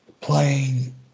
playing